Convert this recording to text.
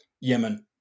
Yemen